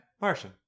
Martian